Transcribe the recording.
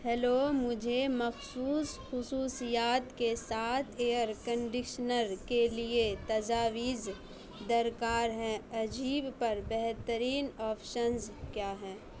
hello مجھے مخصوص خصوصیات کے ساتھ ایئر کنڈیشنر کے لیے تجاویز درکار ہیں اجیو پر بہترین آپشنز کیا ہیں